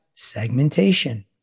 segmentation